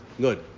Good